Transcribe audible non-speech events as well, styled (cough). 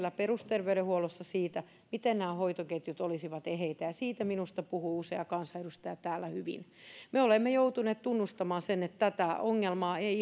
hetkellä perusterveydenhuollossa siitä miten nämä hoitoketjut olisivat eheitä ja minusta siitä puhuu usea kansanedustaja täällä hyvin me olemme joutuneet tunnustamaan sen että tätä ongelmaa ei (unintelligible)